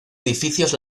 edificios